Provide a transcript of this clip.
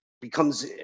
becomes